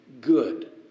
good